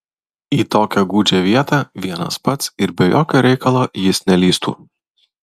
į tokią gūdžią vietą vienas pats ir be jokio reikalo jis nelįstų